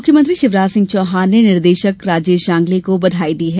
मुख्यमंत्री शिवराज सिंह चौहान ने निर्देशक राजेश जांगले को बधाई दी है